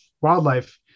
wildlife